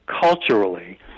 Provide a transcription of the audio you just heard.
culturally